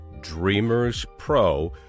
DREAMERSPRO